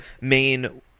main